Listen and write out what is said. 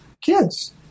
kids